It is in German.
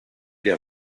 der